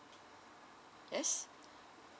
yes